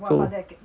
so